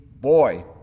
boy